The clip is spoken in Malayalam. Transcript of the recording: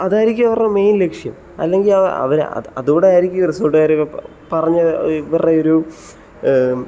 അതായിരിക്കും അവരുടെ മെയിൻ ലക്ഷ്യം അല്ലെങ്കിൽ അവർ അത് അതുകൊണ്ടായിരിക്കും റിസോർട്ട്കാരൊക്കെ പറഞ്ഞ് ഇവരുടെ ഒരു